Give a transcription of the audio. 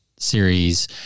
series